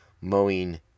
mowing